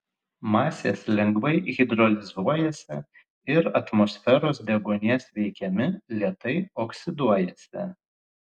masės lengvai hidrolizuojasi ir atmosferos deguonies veikiami lėtai oksiduojasi